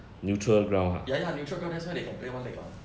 ya ya neutral ground that's why they can play one league [what]